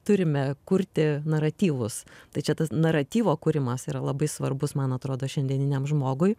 turime kurti naratyvus tai čia tas naratyvo kūrimas yra labai svarbus man atrodo šiandieniniam žmogui